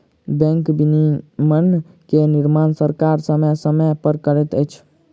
bank विनियमन के निर्माण सरकार समय समय पर करैत अछि